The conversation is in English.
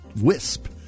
wisp